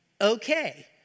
okay